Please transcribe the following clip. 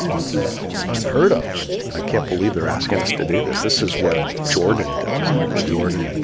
this is unheard of i can't believe they're asking us to do this. this is what jordan does, michael jordan, and